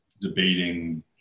debating